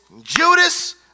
Judas